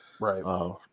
Right